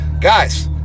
Guys